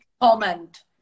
comment